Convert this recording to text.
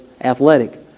athletic